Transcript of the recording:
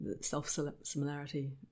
self-similarity